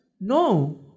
No